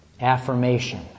affirmation